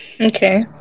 Okay